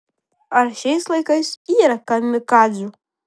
ar šiais laikais yra kamikadzių